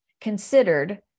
Considered